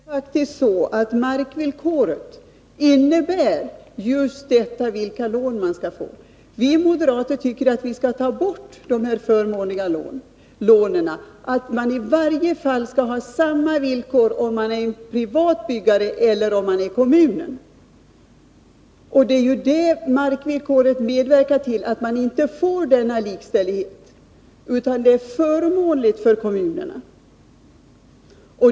Herr talman! Jo, Lennart Nilsson, det är faktiskt så att markvillkoret är avgörande för vilka lån man skall få. Vi moderater tycker att man skall ta bort de här förmånliga lånen och att man i varje fall skall ha samma villkor, oavsett om det är fråga om en privat byggare eller kommunen. Markvillkoret medverkar till att man inte får denna likställighet, utan att det är förmånligare för kommunerna.